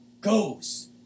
Goes